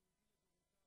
אדוני היושב-ראש,